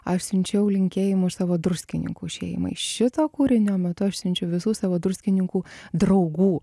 aš siunčiau linkėjimus savo druskininkų šeimai šito kūrinio metu aš siunčiau visų savo druskininkų draugų